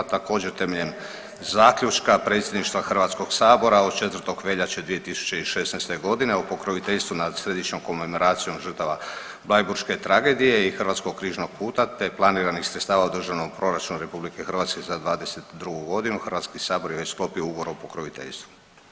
Također, temeljem zaključka Predsjedništva HS-a od 4. veljače 2016. g. o pokroviteljstvu nad Središnjom komemoracijom žrtava Blajburške tragedije i Hrvatskog križnog puta te planiranih sredstava u Državnom proračunu RH za '22. g., HS je već sklopio ugovor o pokroviteljstvu.